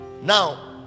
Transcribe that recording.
now